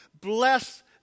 bless